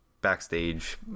backstage